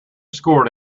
scored